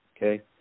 Okay